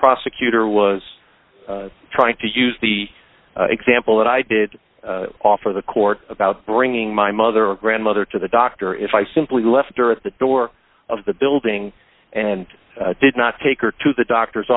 prosecutor was trying to use the example that i did offer the court about bringing my mother or grandmother to the doctor if i simply left her at the door of the building and did not take her to the doctor's